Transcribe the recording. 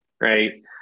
right